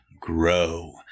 grow